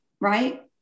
Right